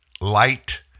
light